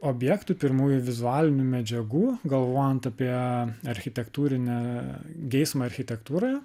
objektų pirmųjų vizualinių medžiagų galvojant apie architektūrinę geismą architektūroje